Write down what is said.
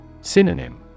Synonym